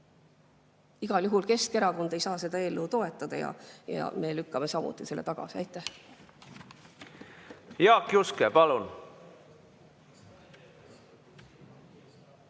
Igal juhul Keskerakond ei saa seda eelnõu toetada ja me lükkame samuti selle tagasi. Aitäh! Jaak Juske, palun!